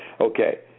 Okay